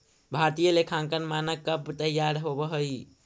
भारतीय लेखांकन मानक कब तईयार होब हई?